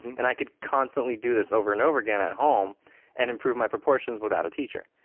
and i could constantly do this over and over again at home and improve my proportions without a teacher.